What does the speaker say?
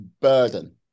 burden